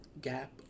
gap